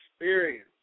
experience